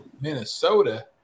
Minnesota